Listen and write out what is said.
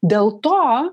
dėl to